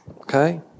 Okay